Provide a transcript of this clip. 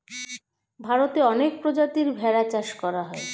ভারতে অনেক প্রজাতির ভেড়া চাষ করা হয়